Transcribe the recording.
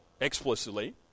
explicitly